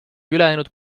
ülejäänud